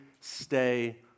stay